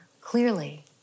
clearly